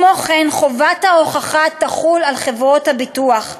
כמו כן, חובת ההוכחה תחול על חברות הביטוח.